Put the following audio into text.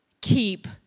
keep